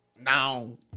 now